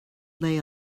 lay